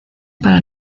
para